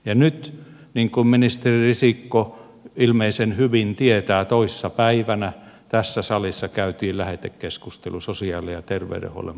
ja nyt niin kuin ministeri risikko ilmeisen hyvin tietää toissa päivänä tässä salissa käytiin lähetekeskustelu sosiaali ja terveydenhuollon palvelujen järjestämislaista